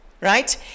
right